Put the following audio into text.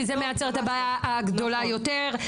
כי זה מייצר את הבעיה הגדולה יותר.